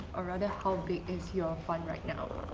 or rather, how big is your fund right now?